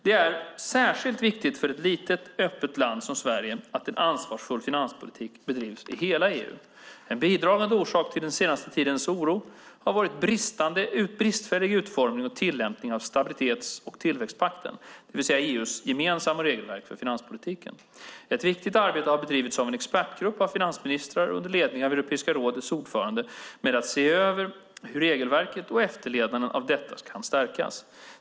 Det är särskilt viktigt för ett litet och öppet land som Sverige att ansvarsfull finanspolitik bedrivs i hela EU. En bidragande orsak till den senaste tidens oro har varit bristfällig utformning och tillämpning av stabilitets och tillväxtpakten, det vill säga EU:s gemensamma regelverk för finanspolitik. Ett viktigt arbete har bedrivits av en expertgrupp av finansministrar under ledning av Europeiska rådets ordförande med att se över hur regelverket och efterlevnaden av detta kan stärkas.